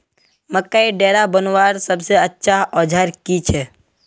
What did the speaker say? मकईर डेरा बनवार सबसे अच्छा औजार की छे?